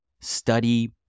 study